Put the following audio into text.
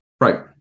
Right